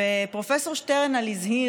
פרופ' שטרנהל הזהיר,